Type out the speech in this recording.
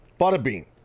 Butterbean